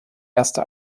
erste